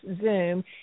Zoom